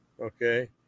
Okay